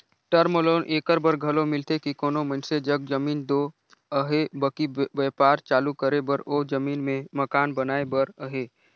term loan एकर बर घलो मिलथे कि कोनो मइनसे जग जमीन दो अहे बकि बयपार चालू करे बर ओ जमीन में मकान बनाए बर अहे